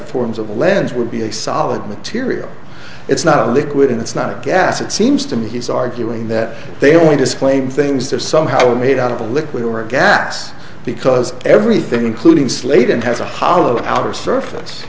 forms of the lens would be a solid material it's not a liquid and it's not a gas it seems to me he's arguing that they only disclaim things they're somehow made out of a liquid or a gas because everything including slate and has a hollow outer surface